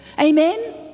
Amen